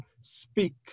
speak